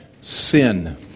Sin